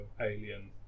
alien